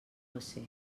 josé